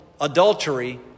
Adultery